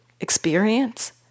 experience